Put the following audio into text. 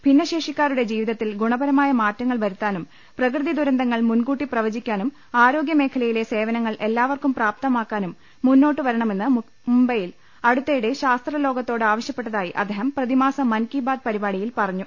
ഭിന്ന ശേഷിക്കാരുടെ ജീവിതത്തിൽ ഗുണപരമായ മാറ്റങ്ങൾ വരുത്താനും പ്രകൃതിദുരന്തങ്ങൾ മുൻകൂട്ടി പ്രവചിക്കാനും ആരോഗ്യ മേഖലയിലെ സേവനങ്ങൾ എല്ലാവർക്കും പ്രാപ്ത മാക്കാനും മുന്നോട്ടു വരണമെന്ന് മുംബൈയിൽ അടുത്ത യിടെ ശാസ്ത്രലോകത്തോട് ആവശ്യപ്പെട്ടതായി അദ്ദേഹം പ്രതിമാസ മൻ കി ബാത് പരിപാടിയിൽ പറഞ്ഞു